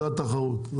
זו התחרות.